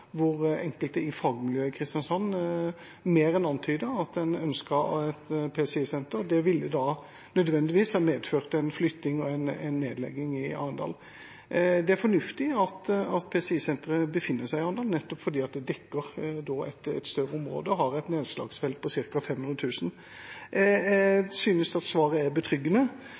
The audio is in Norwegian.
hvor enkelte i fagmiljøet i Kristiansand mer enn antydet at en ønsket et PCI-senter. Det ville nødvendigvis ha medført en flytting og en nedlegging i Arendal. Det er fornuftig at PCI-senteret befinner seg i Arendal, nettopp fordi det da dekker et større område og har et nedslagsfelt på ca. 500 000. Jeg synes at svaret er betryggende,